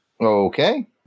Okay